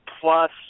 plus